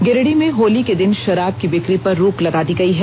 गिरिडीह में होली के दिन शराब की बिकी पर रोक लगा दी गई हैं